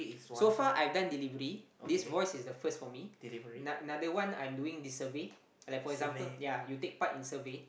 so far I've done delivery this voice is the first for me ano~ another one I'm doing this survey like for example ya you take part in survey